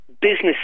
businesses